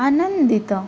ଆନନ୍ଦିତ